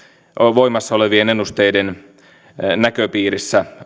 voimassa olevien ennusteiden näköpiirissä